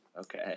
Okay